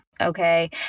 okay